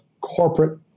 corporate